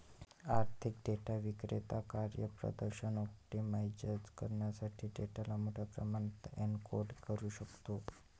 आर्थिक डेटा विक्रेता कार्यप्रदर्शन ऑप्टिमाइझ करण्यासाठी डेटाला मोठ्या प्रमाणात एन्कोड करू शकतो